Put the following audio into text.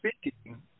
Speaking